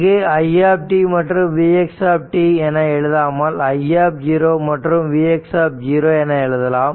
இங்கு i மற்றும் vx என எழுதாமல் i மற்றும் vx என எழுதலாம்